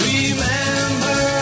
Remember